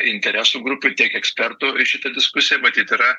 interesų grupių tiek ekspertų ir šita diskusija matyt yra